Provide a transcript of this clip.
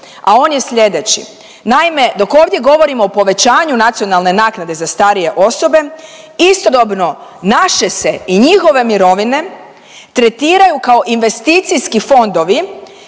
a on je slijedeći. Naime dok ovdje govorimo o povećanju nacionalne naknade za starije osobe, istodobno naše se i njihove mirovine tretiraju kao investicijski fondovi